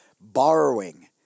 borrowing